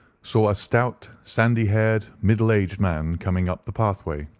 saw a stout, sandy-haired, middle-aged man coming up the pathway.